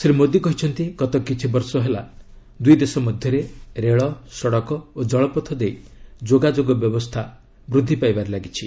ଶ୍ରୀ ମୋଦୀ କହିଛନ୍ତି ଗତ କିଛି ବର୍ଷ ହେଲା ଦୁଇ ଦେଶ ମଧ୍ୟରେ ରେଳ ସଡ଼କ ଓ କଳପଥ ଦେଇ ଯୋଗାଯୋଗ ବ୍ୟବସ୍ଥା ବୃଦ୍ଧି ପାଇବାରେ ଲାଗିଛି